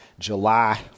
July